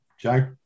Joe